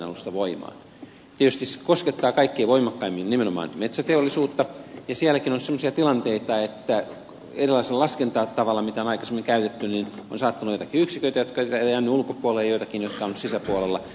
tietysti se koskettaa kaikkein voimakkaimmin nimenomaan metsäteollisuutta ja sielläkin on semmoisia tilanteita että erilaisella laskentatavalla kuin on aikaisemmin käytetty on saattanut olla joitakin yksiköitä jotka ovat jääneet ulkopuolelle ja joitakin jotka ovat nyt sisäpuolella